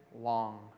long